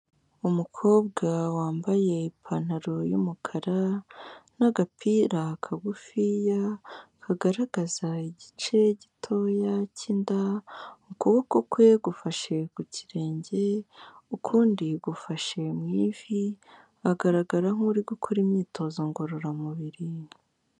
Umukobwa wambaye ipantaro y'umukara n'agapira kagufiya, kagaragaza igice gitoya cy'inda, ukuboko kwe gufashe ku kirenge ukundi gufashe mu ivi, agaragara nk'uri gukora imyitozo ngororamubiri.